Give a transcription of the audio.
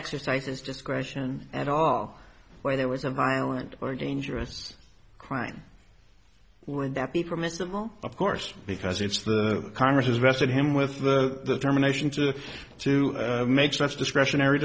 exercises discretion at all where there was a violent or dangerous crime would that be permissible of course because it's the congress's wrestle him with the germination to to make such discretionary